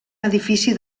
edifici